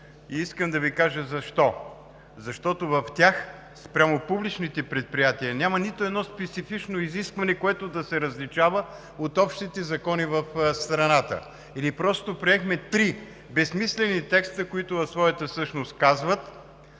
и искам да Ви кажа защо. В тях спрямо публичните предприятия няма нито едно специфично изискване, което да се различава от общите закони в страната или просто приехме три безсмислени текста, които по своята същност казват,